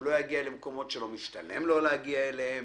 הוא לא יגיע למקומות שלא משתלם לו להגיע אליהם.